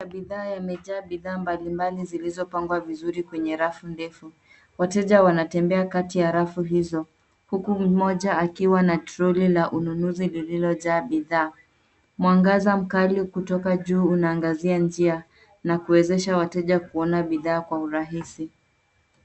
Bidhaa yamejaa bidhaa mbali mbali zilizopangwa vizuri kwenye rafu ndefu. Wateja wanatembea kati ya rafu hizo, huku mmoja akiwa na troli la ununuzi lililojaa bidhaa. Mwangaza mkali kutoka juu unaangazia njia na kuwezesha wateja kuona bidhaa kwa urahisi.